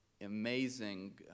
amazing